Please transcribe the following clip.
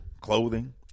clothing